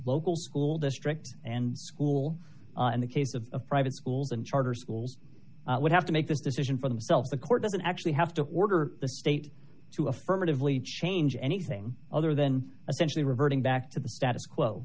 local school district and school in the case of private schools and charter schools would have to make this decision for themselves the court doesn't actually have to order the state to affirmatively change anything other than essentially reverting back to the status quo